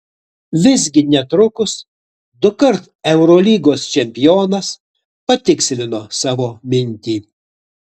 visgi netrukus dukart eurolygos čempionas patikslino savo mintį